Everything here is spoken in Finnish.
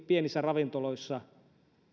pienissä ravintoloissa